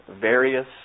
various